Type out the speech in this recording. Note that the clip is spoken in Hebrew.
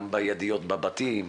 גם לגבי הידיות בבתים,